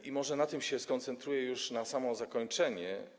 I może na tym się skoncentruję już na samo zakończenie.